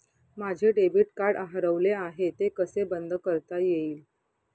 माझे debit card हरवले आहे ते कसे बंद करता येईल?